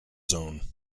zone